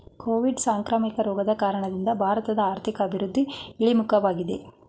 Covid ಸಾಂಕ್ರಾಮಿಕ ರೋಗದ ಕಾರಣದಿಂದ ಭಾರತದ ಆರ್ಥಿಕ ಅಭಿವೃದ್ಧಿ ಇಳಿಮುಖವಾಗಿದೆ